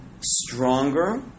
stronger